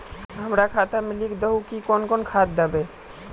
हमरा खाता में लिख दहु की कौन कौन खाद दबे?